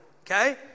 Okay